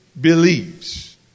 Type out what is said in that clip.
believes